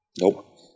Nope